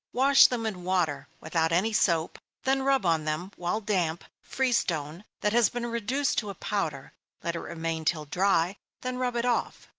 wash them in water, without any soap then rub on them, while damp, free-stone, that has been reduced to a powder let it remain till dry, then rub it off.